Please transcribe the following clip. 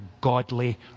godly